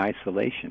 isolation